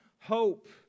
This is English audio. hope